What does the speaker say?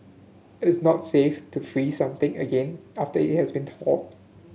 it is not safe to freeze something again after it has been thawed